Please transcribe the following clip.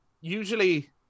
usually